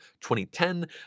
2010